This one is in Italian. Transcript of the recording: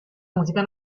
musica